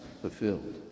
fulfilled